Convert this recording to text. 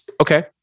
Okay